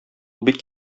бик